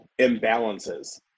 imbalances